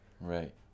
Right